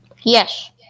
Yes